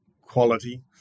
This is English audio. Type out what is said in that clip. quality